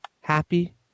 happy